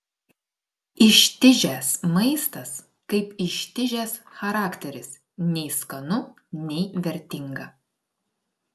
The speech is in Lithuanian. ištižęs maistas kaip ištižęs charakteris nei skanu nei vertinga